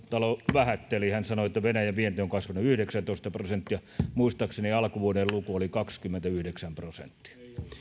vähätteli hän sanoi että venäjän vienti on kasvanut yhdeksäntoista prosenttia muistaakseni alkuvuoden luku oli kaksikymmentäyhdeksän prosenttia